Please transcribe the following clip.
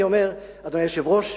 אדוני היושב-ראש,